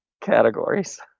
categories